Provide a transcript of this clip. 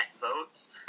votes